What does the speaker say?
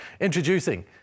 introducing